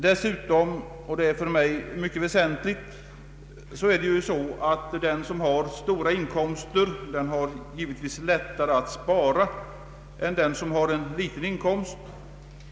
Dessutom — och det är för mig mycket väsentligt — har den stora inkomsttagaren givetvis lättare att spara än den som har en liten inkomst.